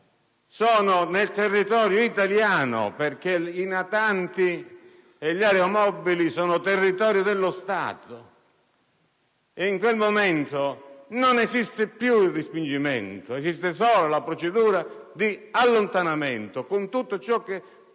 sono nel territorio italiano (perché i natanti e gli aeromobili sono territorio dello Stato) e in quel momento non esiste più il respingimento, esiste solo la procedura di allontanamento, con tutto ciò che